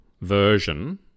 version